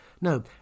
No